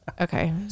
Okay